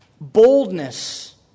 boldness